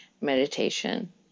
meditation